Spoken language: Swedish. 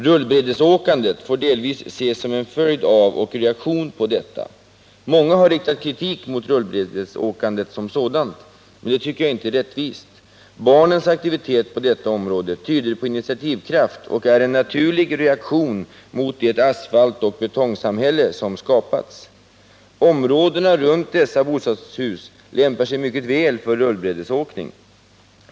Rullbrädesåkandet får delvis ses som en följd av och en reaktion på detta. Många har riktat kritik mot rullbrädesåkandet som sådant, men det tycker jag inte är rättvist. Barnens aktivitet på detta område tyder på initiativkraft och är en naturlig reaktion mot det asfaltsoch betongsamhälle som skapats. Områdena kring bostadshusen lämpar sig mycket väl för rullbrädesåkning.